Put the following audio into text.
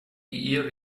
ear